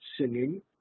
singing